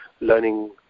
learning